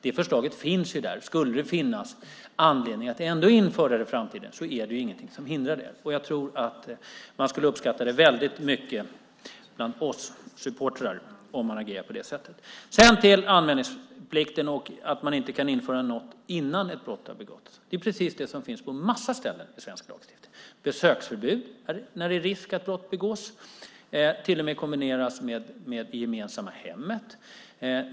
Det förslaget finns ju där. Skulle det finnas anledning att ändå införa det i framtiden är det ingenting som hindrar det. Jag tror att man bland oss supportrar skulle uppskatta väldigt mycket om ni agerade på det sättet. Sedan till anmälningsplikten och att man inte kan införa något innan ett brott har begåtts. Det är precis det som finns på en massa ställen i svensk lagstiftning. Vi har besöksförbud när det är risk för att brott begås. Det kan till och med kombineras med det gemensamma hemmet.